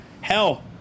hell